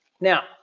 Now